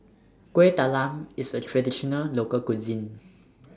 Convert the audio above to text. Kueh Talam IS A Traditional Local Cuisine